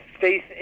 faith